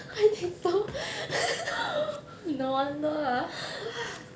no wonder ah